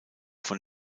von